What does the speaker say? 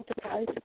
enterprise